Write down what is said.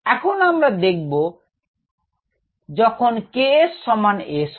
এখন আমরা দেখব যখন K s সমান S হয়